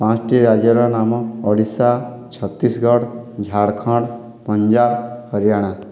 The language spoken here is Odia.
ପାଞ୍ଚଟି ରାଜ୍ୟର ନାମ ଓଡ଼ିଶା ଛତିଶଗଡ଼ ଝାଡ଼ଖଣ୍ଡ ପଞ୍ଜାବ ହରିୟାଣା